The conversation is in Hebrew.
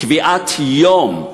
קביעת יום.